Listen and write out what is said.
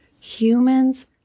humans